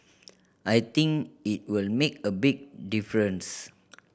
I think it will make a big difference